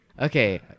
Okay